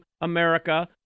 America